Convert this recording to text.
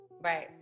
right